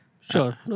Sure